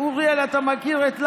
אוריאל, אתה מכיר את ללה,